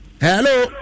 Hello